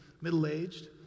middle-aged